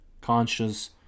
conscious